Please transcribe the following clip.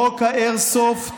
חוק האיירסופט